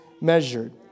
measured